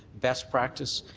best practice,